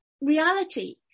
reality